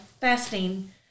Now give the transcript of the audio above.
fasting